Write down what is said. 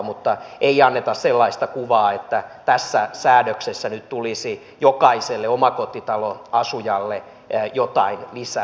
mutta ei anneta sellaista kuvaa että tässä säädöksessä nyt tulisi jokaiselle omakotitaloasujalle jotain lisää